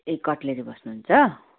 ए cutlery बस्नुहुन्छ